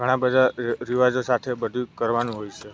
ઘણા બધા ર રિ રિવાજો સાથે બધું કરવાનું હોય છે